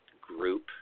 group